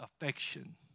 affection